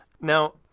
Now